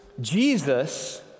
Jesus